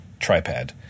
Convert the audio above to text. Tripad